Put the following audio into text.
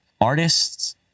artists